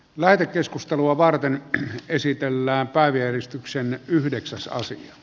lähetekeskustelua varten esitellään päivystyksen yhdeksäs aasi